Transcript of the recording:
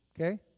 Okay